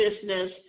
business